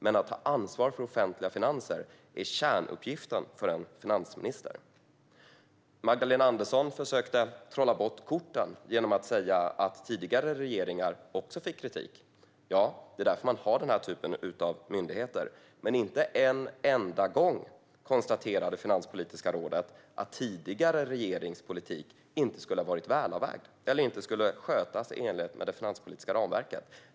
Men att ta ansvar för offentliga finanser är kärnuppgiften för en finansminister. Magdalena Andersson försökte trolla bort korten genom att säga att tidigare regeringar också fick kritik. Ja, det är därför man har den här typen av myndigheter. Men inte en enda gång konstaterade Finanspolitiska rådet att tidigare regerings politik inte skulle ha varit välavvägd eller inte skulle ha skötts i enlighet med det finanspolitiska ramverket.